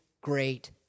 great